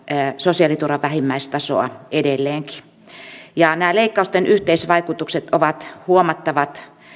sosiaaliturvan vähimmäistasoa edelleenkin nämä leikkausten yhteisvaikutukset ovat huomattavat